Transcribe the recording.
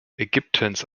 ägyptens